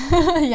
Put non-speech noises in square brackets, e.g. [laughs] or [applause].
[laughs] ya